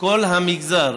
כל המגזר,